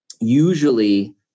usually